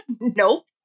nope